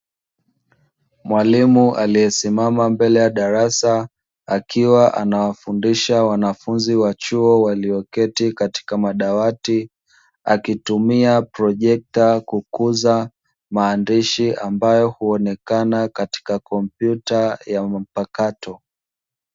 Mwalimu aliyesimama mbele ya darasa akiwa anawafundisha wanafunzi wa chuo walioketi katika madawati, akitumia projekta kukuza maandishi ambayo huonekana katika kompyuta ya mpakato.